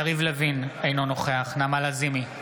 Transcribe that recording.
יריב לוין, אינו נוכח נעמה לזימי,